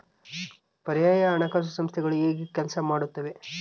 ಪರ್ಯಾಯ ಹಣಕಾಸು ಸಂಸ್ಥೆಗಳು ಹೇಗೆ ಕೆಲಸ ಮಾಡುತ್ತವೆ?